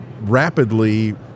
rapidly